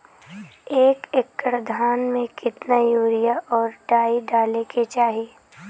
एक एकड़ धान में कितना यूरिया और डाई डाले के चाही?